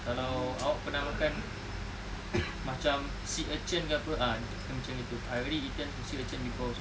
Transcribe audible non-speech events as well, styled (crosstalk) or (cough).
kalau awak pernah makan (coughs) macam sea urchin ke apa ah macam gitu I already eaten a sea urchin before also